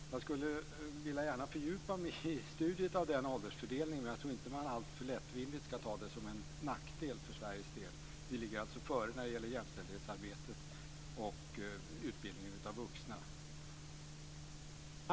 Jag skulle gärna fördjupa mig i studiet av åldersfördelningen. Jag tror inte att man alltför lättvindigt ska se det som en nackdel för Sveriges del. Vi ligger före när det gäller jämställdhetsarbetet och utbildningen av vuxna.